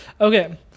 Okay